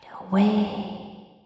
away